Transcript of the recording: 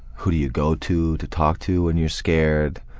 who do you go to to talk to when you're scared?